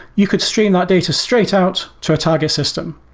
you could stream that data straight out to a target system.